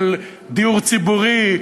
של דיור ציבורי,